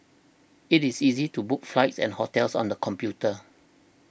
it is easy to book flights and hotels on the computer